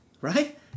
Right